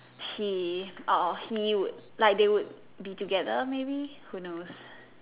he uh he would like they would be together maybe who knows